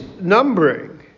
numbering